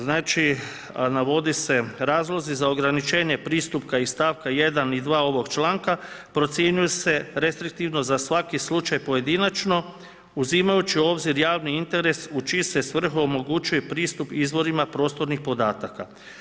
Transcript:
Znači navode se razlozi za ograničenje pristupa iz stavka 1 2 ovog članka, procjenjuju se restriktivno za svaki slučaj pojedinačno uzimajući u obzir javni interes u čiju se svrhu omogućuje pristup izvorima prostornih podataka.